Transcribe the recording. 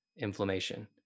inflammation